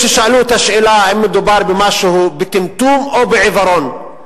יש ששאלו את השאלה האם מדובר בטמטום או בעיוורון.